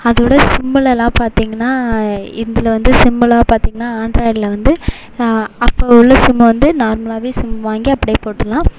அதோட சிம்லலாம் பார்த்தீங்கன்னா இதில் வந்து சிம்முலாம் பார்த்தீங்கனா ஆண்ட்ராய்டில் வந்து அப்போ உள்ள சிம்மை வந்து நார்மலாகவே சிம் வாங்கி அப்படியே போட்டுடலாம்